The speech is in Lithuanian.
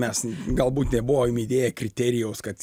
mes galbūt nebuvom įdėję kriterijaus kad